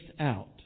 out